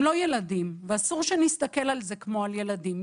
הם לא ילדים ואסור שנסתכל על זה כמו על ילדים.